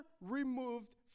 removed